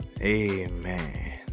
amen